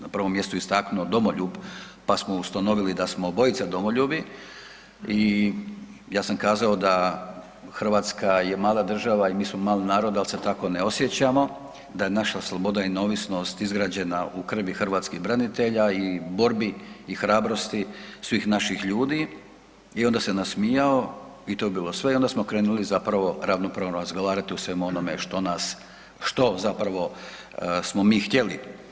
Na prvo mjesto je istaknuo domoljub, pa smo ustanovili da smo obojica domoljubi i ja sam kazao da Hrvatska je mala država i mi smo mali narod ali se tako ne osjećamo, da je naša sloboda i neovisnost izgrađena u krvi hrvatskih branitelja i borbi i hrabrosti svih naših ljudi, i onda se nasmijao, i to je bilo sve i onda smo krenuli zapravo ravnopravno razgovarati o svemu onome što nas što zapravo smo mi htjeli.